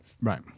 right